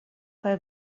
kaj